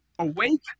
Awake